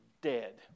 dead